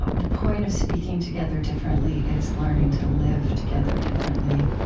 ah the point of speaking together differently is learning to live together differently.